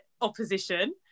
opposition